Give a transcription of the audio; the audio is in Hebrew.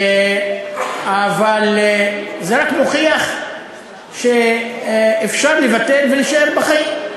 אבל זה רק מוכיח שאפשר לבטל ולהישאר בחיים.